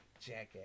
Jackass